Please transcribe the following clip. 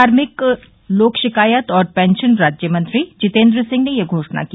कार्मिक लोक शिकायत और पेंशन राज्य मंत्री जितेन्द्र सिंह ने यह घोषणा की